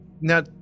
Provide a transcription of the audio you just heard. Now